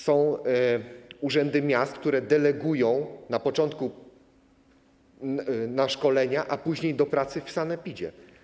Są urzędy miast, które delegują na początku na szkolenia, a później do pracy w sanepidzie.